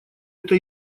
это